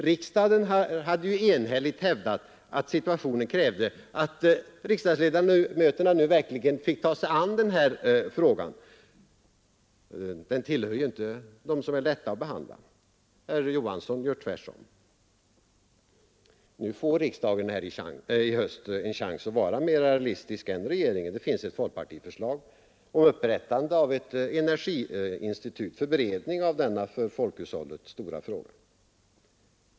Riksdagen hade ju enhälligt hävdat att situationen krävde att riksdagsledamöterna nu verkligen fick ta sig an den här frågan. Den tillhör inte de frågor som är lätta att behandla. Herr Johansson gör tvärtom. Nu får dock riksdagen en chans att i höst igen vara mera realistisk än regeringen. Det finns ett fp-förslag om upprättande av ett energiinstitut för beredning av denna för folkhushållet stora fråga.